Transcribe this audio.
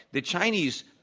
the chinese,